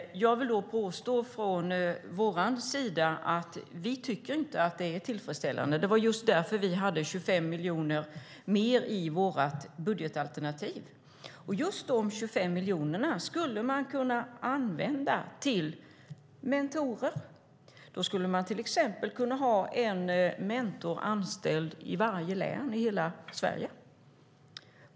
Jag vill påstå från vår sida att vi inte tycker att det är tillfredsställande. Det var just därför som vi hade 25 miljoner mer i vårt budgetalternativ. Just de 25 miljonerna skulle man kunna använda till mentorer. Då skulle man till exempel kunna ha en mentor anställd i varje län i hela Sverige.